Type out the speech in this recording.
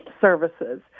services